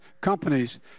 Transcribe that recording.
companies